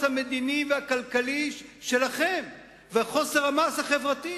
המדיני והכלכלי שלכם וחוסר המעש החברתי,